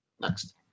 Next